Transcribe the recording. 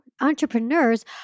entrepreneurs